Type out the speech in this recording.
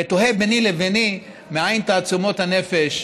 ותוהה ביני לביני מאין תעצומות הנפש,